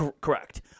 Correct